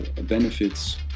benefits